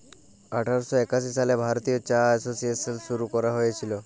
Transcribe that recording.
আঠার শ একাশি সালে ভারতীয় চা এসোসিয়েশল শুরু ক্যরা হঁইয়েছিল